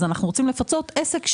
ואנחנו רוצים לפצות עסק,